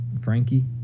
Frankie